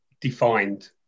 defined